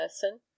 person